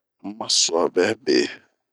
Ma suabɛ be.